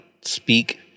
speak